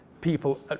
people